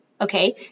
okay